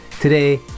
Today